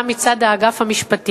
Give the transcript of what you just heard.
הזה עובר סבל רב,